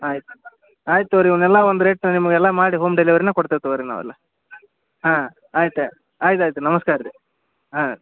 ಆಯ್ತು ಆಯ್ತು ತಗೋರಿ ಇವನ್ನೆಲ್ಲ ಒಂದು ರೇಟ್ ನಿಮಗೆಲ್ಲ ಮಾಡಿ ಹೋಮ್ ಡೆಲಿವರಿನ ಕೊಡ್ತೀವಿ ತಗೋರಿ ನಾವೆಲ್ಲ ಹಾಂ ಆಯ್ತು ಆಯ್ತು ಆಯ್ತು ನಮಸ್ಕಾರ ರೀ ಹಾಂ